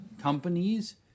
companies